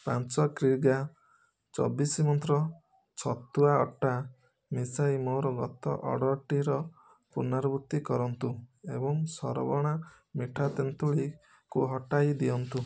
ପାଞ୍ଚ କିଗ୍ରା ଚବିଶ ମନ୍ତ୍ର ଛତୁଆ ଅଟା ମିଶାଇ ମୋର ଗତ ଅର୍ଡ଼ର୍ଟିର ପୁନରାବୃତ୍ତି କରନ୍ତୁ ଏବଂ ସରବଣା ମିଠା ତେନ୍ତୁଳିକୁ ହଟାଇ ଦିଅନ୍ତୁ